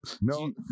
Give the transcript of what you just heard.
no